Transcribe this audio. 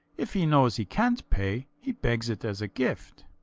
if he knows he cant pay, he begs it as a gift.